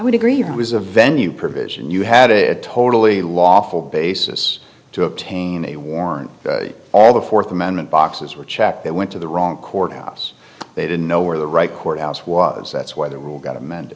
would agree was a venue provision you had a totally lawful basis to obtain a warrant all the fourth amendment boxes were checked that went to the wrong courthouse they didn't know where the right courthouse was that's where the rule got